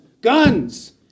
guns